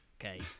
okay